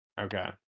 okay